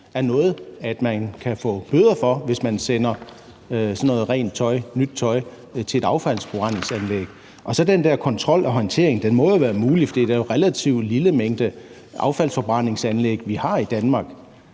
er noget, man kan få bøder for, altså hvis man sender sådan noget rent og nyt tøj til et affaldsforbrændingsanlæg. Og i forhold til den der kontrol og håndtering må den være mulig, for det er jo en relativt lille mængde affaldsforbrændingsanlæg, vi har i Danmark.